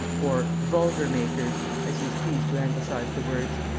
or vulgar makers, as he is pleased to anglicize the words.